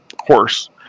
horse